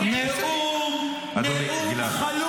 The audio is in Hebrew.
--- אדוני, גלעד.